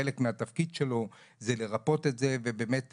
חלק מהתפקיד שלו זה לרפות את זה ובאמת,